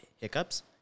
Hiccups